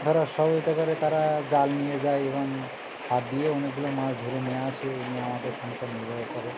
ধরো সব হতে পারে তারা জাল নিয়ে যায় এবং হাত দিয়ে অনেকগুলো মাছ ধরে নিয়ে আসে এ নিয়ে আমাদের সংসার নির্বাহ করে